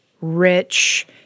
rich